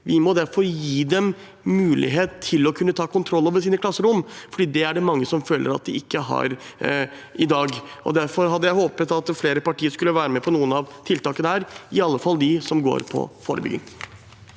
Vi må gi dem mulighet til å kunne ta kontroll over sine klasserom, for det er det mange som føler at de ikke har i dag. Derfor hadde jeg håpet at flere partier skulle være med på noen av tiltakene her, i alle fall dem som går på forebygging.